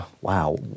wow